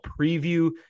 preview